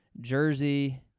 jersey